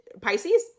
Pisces